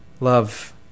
Love